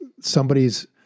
somebody's